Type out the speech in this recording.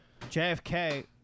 JFK